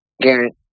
Garrett